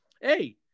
Hey